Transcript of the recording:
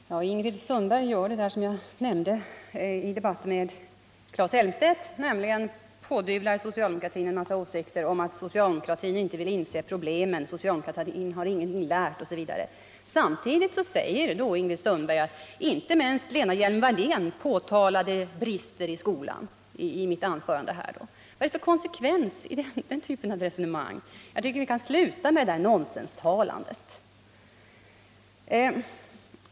Herr talman! Ingrid Sundberg gör sig skyldig till det som jag påtalade i min debatt med Claes Elmstedt, nämligen pådyvlar socialdemokratin att den inte vill inse problemen, att den ingenting lärt osv. Samtidigt säger Ingrid Sundberg att jag i mitt anförande påtalade en mängd brister som finns i skolan. Vad är det för konsekvens i den typen av resonemang? Jag tycker att vi bör sluta med sådant nonsensprat.